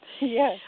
Yes